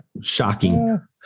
Shocking